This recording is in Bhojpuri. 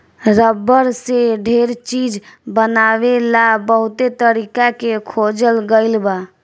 रबर से ढेर चीज बनावे ला बहुते तरीका के खोजल गईल बा